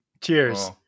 Cheers